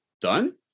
done